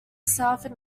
southern